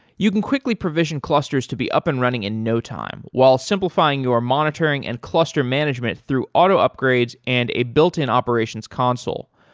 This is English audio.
you can quickly provision clusters to be up and running in no time while simplifying your monitoring and cluster management through auto upgrades and a built-in operations console.